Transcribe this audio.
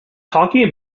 talking